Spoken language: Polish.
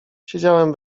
siedziałem